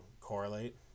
correlate